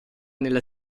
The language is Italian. nella